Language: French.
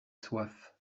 soif